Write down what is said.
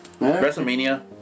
WrestleMania